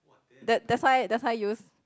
that that's why that's why use